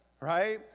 right